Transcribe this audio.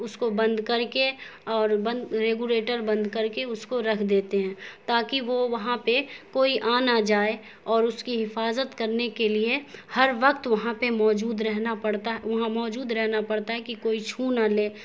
اس کو بند کر کے اور بند ریگوریٹر بند کر کے اس کو رکھ دیتے ہیں تاکہ وہ وہاں پہ کوئی آ نہ جائے اور اس کی حفاظت کرنے کے لیے ہر وقت وہاں پہ موجود رہنا پڑتا وہاں موجود رہنا پڑتا ہے کہ کوئی چھو ںہ لے